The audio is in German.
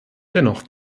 dennoch